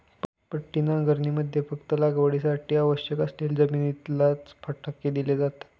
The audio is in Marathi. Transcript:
पट्टी नांगरणीमध्ये फक्त लागवडीसाठी आवश्यक असलेली जमिनीलाच फटके दिले जाते